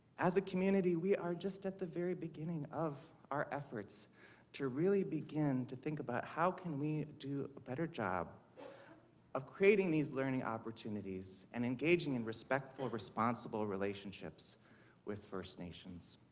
as a community, we are just at the very beginning of our efforts to really begin to think about how can we do a better job of createing these learning opportunities and engageing in respectful responsible relationships with first nations.